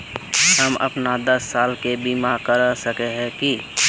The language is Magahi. हम अपन दस साल के बीमा करा सके है की?